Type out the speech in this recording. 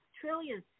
trillions